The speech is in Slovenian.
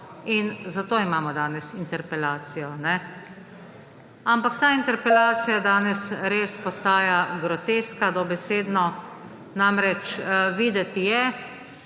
in zato imamo danes interpelacijo. Ampak ta interpelacija danes res postaja groteska, dobesedno. Namreč, videti je,